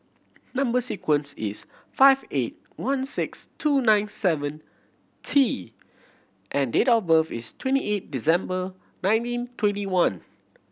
number sequence is five eight one six two nine seven T and date of birth is twenty eight December nineteen twenty one